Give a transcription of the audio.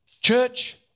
Church